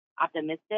optimistic